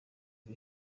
ibi